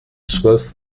zwölf